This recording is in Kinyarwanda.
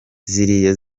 ziriya